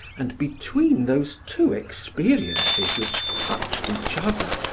and between those two experiences which touched each other,